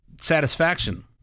satisfaction